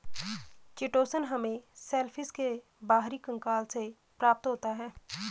chitosan हमें shellfish के बाहरी कंकाल से प्राप्त होता है